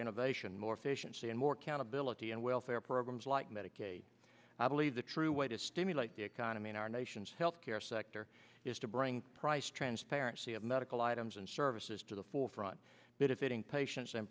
innovation more efficiency and more accountability and welfare programs like medicaid i believe the true way to stimulate the economy in our nation's health care sector is to bring price transparency of medical items and services to the forefront bit of hitting patients and